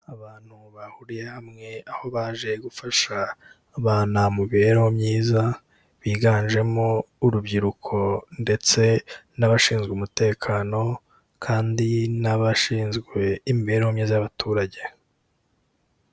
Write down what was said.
Abantu bahuriye hamwe, aho baje gufasha abana mu mibereho myiza biganjemo, urubyiruko ndetse n'abashinzwe umutekano kandi n'abashinzwe imibereho myiza y'abaturage.